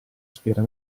sfera